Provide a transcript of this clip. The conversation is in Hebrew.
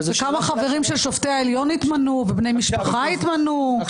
וכמה חברים של שופטי העליון התמנו ובני משפחה התמנו,